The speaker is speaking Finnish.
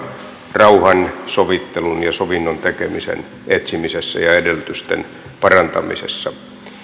rauhan sovittelun ja sovinnon tekemisen etsimisessä ja edellytysten parantamisessa